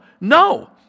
no